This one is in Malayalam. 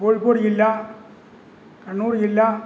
കോഴിക്കോട് ജില്ല കണ്ണൂര് ജില്ല